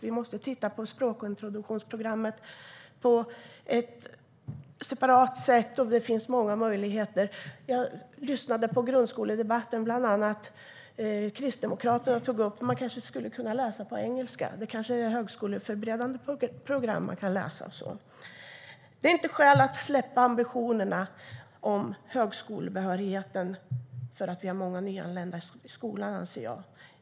Vi måste titta på språkintroduktionsprogrammet på ett separat sätt, och det finns många möjligheter. Jag lyssnade på grundskoledebatten och bland annat Kristdemokraterna tog upp att man kanske skulle kunna läsa på engelska på högskoleförberedande program och så. Att vi har många nyanlända i skolan är inte något skäl till att släppa ambitionerna om högskolebehörigheten, anser jag.